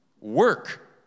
work